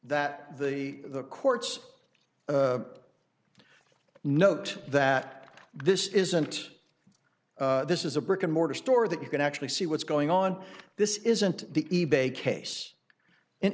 that the the courts note that this isn't this is a brick and mortar store that you can actually see what's going on this isn't the case in